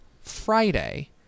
Friday